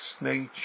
nature